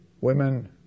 women